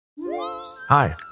Hi